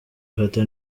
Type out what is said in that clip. fata